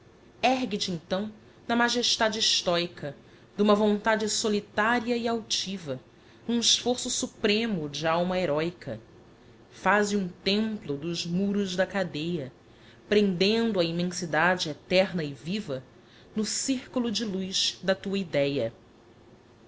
ergue-te então na magestade estoica d'uma vontade solitaria e altiva n'um esforço supremo de alma heroica faze um templo dos muros da cadeia prendendo a immensidade eterna e viva no circulo de luz da tua idea